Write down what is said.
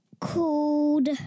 called